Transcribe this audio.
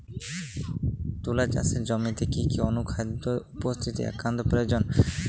তুলা চাষের জমিতে কি কি অনুখাদ্যের উপস্থিতি একান্ত প্রয়োজনীয়?